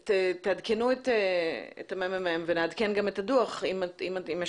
תעדכנו את הממ"מ ונעדכן גם את הדוח אם יש